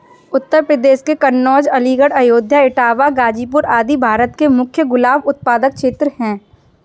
उत्तर प्रदेश के कन्नोज, अलीगढ़, अयोध्या, इटावा, गाजीपुर आदि भारत के मुख्य गुलाब उत्पादक क्षेत्र हैं